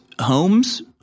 homes